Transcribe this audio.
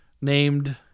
named